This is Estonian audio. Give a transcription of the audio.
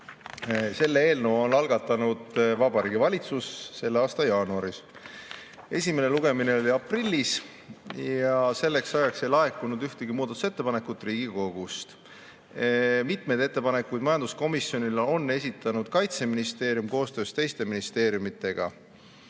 eelnõu algatas Vabariigi Valitsus selle aasta jaanuaris. Esimene lugemine oli aprillis ja selleks ajaks ei laekunud ühtegi muudatusettepanekut Riigikogust. Mitmeid ettepanekuid majanduskomisjonile on esitanud Kaitseministeerium koostöös teiste ministeeriumidega.